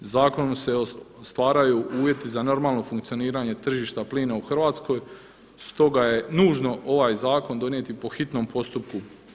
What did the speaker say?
Zakonom se stvaraju uvjeti za normalno funkcioniranje tržišta plina u Hrvatskoj, stoga je nužno ovaj zakon donijeti po hitnom postupku.